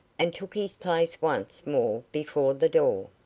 and took his place once more before the door.